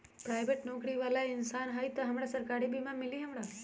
Private नौकरी बाला इंसान हई त हमरा सरकारी बीमा मिली हमरा?